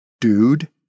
Dude